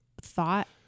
thought